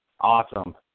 Awesome